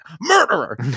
murderer